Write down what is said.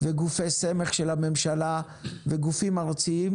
גופי סמך של הממשלה וגופים ארציים